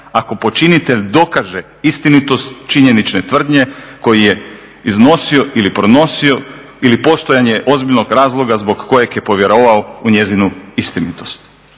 ako počinitelj dokaže istinitost činjenične tvrdnje koju je iznosio ili pronosio ili postojanje ozbiljnog razloga zbog kojeg je povjerovao u njezinu istinitost.